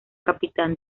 capitán